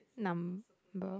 number